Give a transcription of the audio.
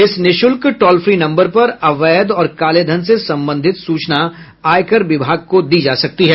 इस निःशुल्क toll free number पर अवैध और कालेधन से संबंधित सूचना आयकर विभाग को दी जा सकती है